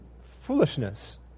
foolishness